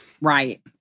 Right